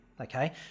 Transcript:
okay